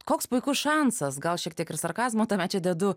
koks puikus šansas gal šiek tiek ir sarkazmo tame čia dedu